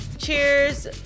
Cheers